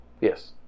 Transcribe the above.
Yes